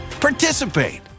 participate